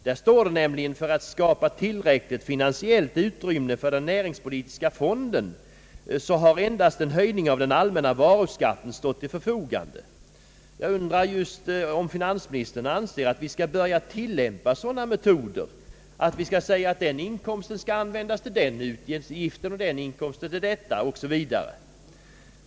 Där står det nämligen att för att skapa tillräckligt finansiellt utrymme för den näringspolitiska fonden har endast en höjning av den allmänna varuskatten stått till förfogande. Jag undrar just om finansministern anser att vi skall börja tillämpa sådana metoder som att vi skall säga att en viss inkomst skall användas till en viss bestämd utgift, en annan inkomst till en annan bestämd utgift o.s.v.